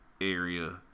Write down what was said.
area